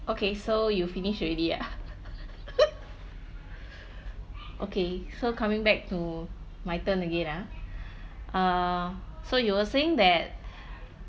okay so you finish already ah okay so coming back to my turn again ah uh so you were saying that